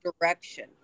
direction